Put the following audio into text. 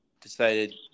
decided